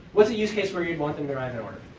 what's a use case where you'd want them to arrive in order?